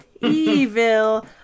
Evil